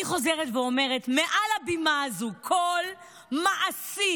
אני חוזרת ואומרת מעל הבימה הזאת: כל מעסיק